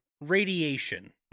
radiation